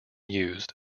used